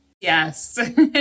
Yes